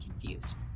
confused